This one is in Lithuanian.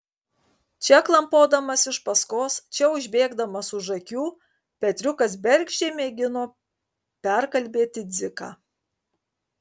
čia klampodamas iš paskos čia užbėgdamas už akių petriukas bergždžiai mėgino perkalbėti dziką